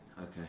Okay